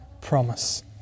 promise